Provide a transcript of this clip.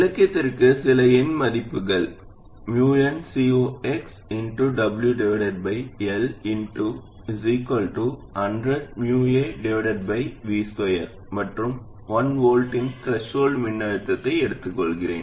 விளக்கத்திற்கு சில எண் மதிப்புகள் nCox 100 µA V2 மற்றும் 1 V இன் த்ரெஷோல்ட் மின்னழுத்தத்தை எடுத்துக்கொள்கிறேன்